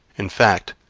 in fact,